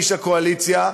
איש הקואליציה,